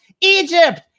Egypt